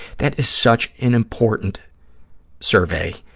that is such an important survey,